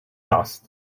last